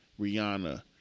Rihanna